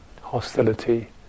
hostility